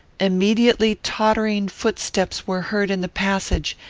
immediately tottering footsteps were heard in the passage,